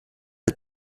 der